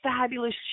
fabulous